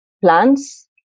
plants